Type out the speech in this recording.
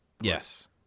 Yes